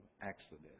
accident